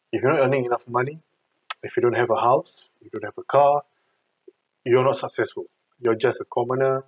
if you're not earning enough money if you don't have a house you don't have a car you are not successful you're just a commoner